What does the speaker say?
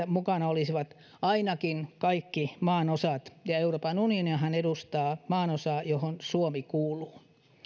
mukana olisivat ainakin kaikki maanosat ja euroopan unionihan edustaa maanosaa johon suomi kuuluu